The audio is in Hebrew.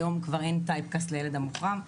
היום כבר אין טייפ קאסט לילד מוחרם,